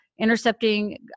intercepting